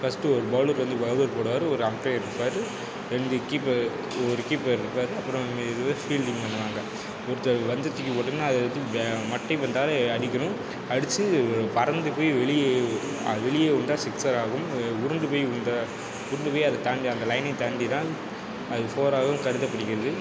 first ஒரு bowler வந்து bowler போடுவார் ஒரு அம்பையர் இருப்பார் ரெண்டு கீப்பர் ஒரு கீப்பர் இருப்பார் அப்புறம் இது ஃபீல்டிங் பண்ணுவாங்க ஒருத்தர் பந்தை தூக்கி போட்டோடனே அது எடுத்து வேகமாக மட்டை பந்தால் அடிக்கணும் அடித்து பறந்து போய் வெளியே அதுலேயே உழுந்தா சிக்ஸர் ஆகும் உருண்டு போய் உழுந்தா உருண்டு போய் அதை தாண்டி அந்த லைனையும் தாண்டிதான் அது ஃபோராகவும் கருதப்படுகிறது